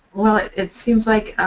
it seems like